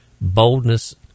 boldness